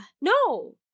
No